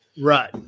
Right